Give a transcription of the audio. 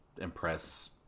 impress